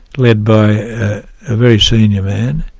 led by a very senior man.